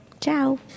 Ciao